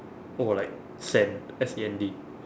oh like sand S A N D